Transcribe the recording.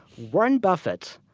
warren buffett,